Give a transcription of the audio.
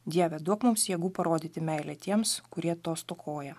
dieve duok mums jėgų parodyti meilę tiems kurie to stokoja